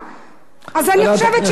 אז אני חושבת שהגיע הזמן, חברת הכנסת שמאלוב.